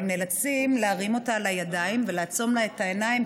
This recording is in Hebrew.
הם נאלצים להרים אותה על הידיים ולעצום לה את העיניים,